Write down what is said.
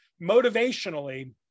motivationally